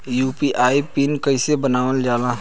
UPI pin कइसे बनावल जाला?